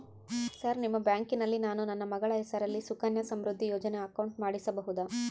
Sir ನಿಮ್ಮ ಬ್ಯಾಂಕಿನಲ್ಲಿ ನಾನು ನನ್ನ ಮಗಳ ಹೆಸರಲ್ಲಿ ಸುಕನ್ಯಾ ಸಮೃದ್ಧಿ ಯೋಜನೆ ಅಕೌಂಟ್ ಮಾಡಿಸಬಹುದಾ?